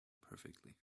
perfectly